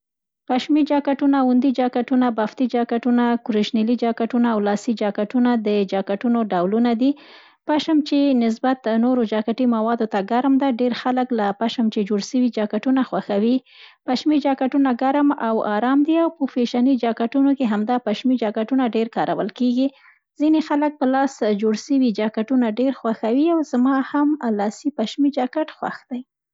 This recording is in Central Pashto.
پشمي جاکتونه، اوندي جاکټونه، بافتي جاکتونه، کرشنیلي جاکټونه او لاسي جاکتونه، د جاکټونو ډولونه دي. پشم چي نسبت نورو جاکټي موادو ته ګرم ده، ډېر خلک له پشم چې جوړ سوي جاکټونه خوښوي. پشمي جاکټونه ګرم او ارام دي او په فیشني جاکټونو کې همدا پشمي جاکټونه ډېر کارول کېږي. ځیني خلک په لاس جوړ سوي جاکټونه دېر خوښوي او زما هم لاسي پشمي جاکټ خوښ دی.